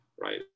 right